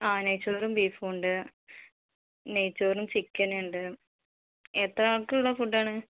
ആ നെയ്ചോറും ബീഫു ഉണ്ട് നെയ്ചോറും ചിക്കന് ഇണ്ട് എത്ര ആള്ക്കുള്ള ഫുഡാണ്